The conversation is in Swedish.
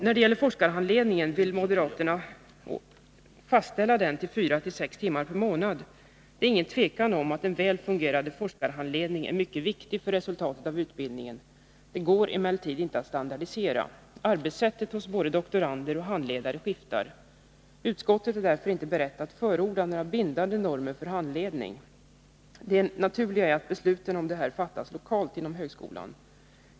När det gäller forskarhandledningen vill moderaterna fastställa denna till fyra-sex timmar per månad. Det råder inget tvivel om att en väl fungerande forskarhandledning är mycket viktig för resultatet av utbildningen. Den går emellertid inte att standardisera. Arbetssättet hos både doktorander och handledare skiftar. Utskottets majoritet är därför inte beredd att förorda några bindande normer för handledning. Det naturliga är att beslut om detta fattas lokalt inom högskolan.